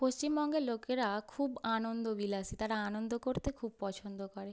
পশ্চিমবঙ্গের লোকেরা খুব আনন্দবিলাসী তারা আনন্দ করতে খুব পছন্দ করে